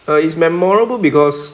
uh it's memorable because